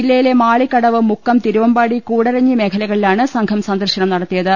ജില്ലയിലെ മാളിക്കടവ് മുക്കം തിരുവ മ്പാടി കൂടരഞ്ഞി മേഖലകളിലാണ് സംഘം സന്ദർശനം നടത്തിയത്